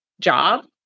job